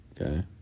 Okay